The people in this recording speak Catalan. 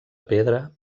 pedra